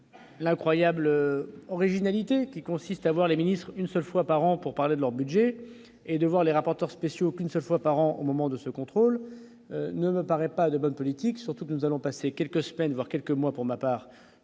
l'incroyable originalité qui consiste à voir les ministres une seule fois par an, pour parler de leur budget et de voir les rapporteurs spéciaux qu'une seule fois par an au moment de ce contrôle ne me paraît pas de bonne politique, surtout que nous allons passer quelques semaines voire quelques mois, pour ma part